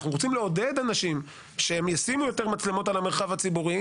אנחנו רוצים לעודד אנשים שישימו עוד מצלמות על המרחב הציבורי,